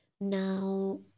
Now